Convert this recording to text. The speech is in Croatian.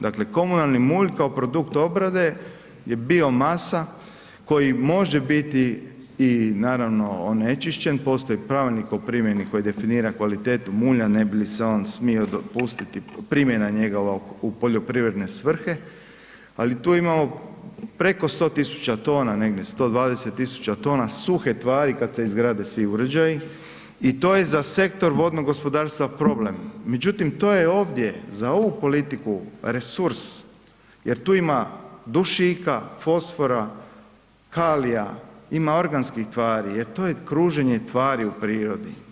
Dakle, komunalni mulj kao produkt obrade je biomasa koji može biti i naravno onečišćen, postoji pravilnik o primjeni koji definira kvalitetu mulja ne bi li se on smio dopustiti, primjena njega u poljoprivredne svrhe, ali tu imamo preko 100.000 tona negdje, 120.000 tona suhe tvari kad se izgrade svi uređaji i to je za sektor vodnog gospodarstva problem, međutim to je ovdje za ovu politiku resurs jer tu ima dušika, fosfora, kalija, ima organskih tvari jer to je kruženje tvari u prirodi.